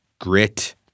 grit